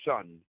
Son